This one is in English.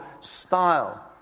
style